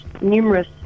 numerous